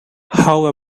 how